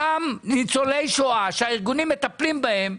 אותם ניצולי שואה שהארגונים מטפלים בהם,